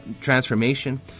transformation